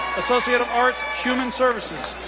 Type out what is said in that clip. associate of arts, human services.